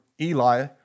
Eli